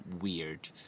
weird